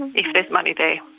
if there's money there,